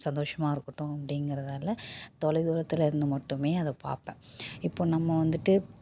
சந்தோஷமாக இருக்கட்டும் அப்படிங்கிறதால தொலைதூரத்தில இருந்து மட்டுமே அதைப் பார்ப்பேன் இப்போ நம்ம வந்துட்டு